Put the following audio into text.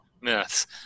myths